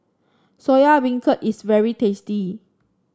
Soya Beancurd is very tasty